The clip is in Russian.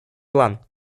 план